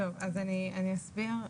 אני אסביר.